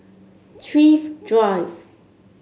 Thrift Drive